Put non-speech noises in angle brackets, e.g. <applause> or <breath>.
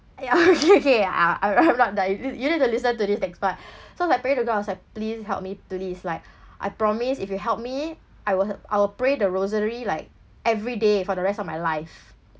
ya <laughs> okay okay I I'm <laughs> not done you you need to listen to this next part <breath> so I prayed to god I was like please help me please like <breath> I promise if you help me I will h~ I will pray the rosary like every day for the rest of my life